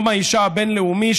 יום האישה הבין-לאומי,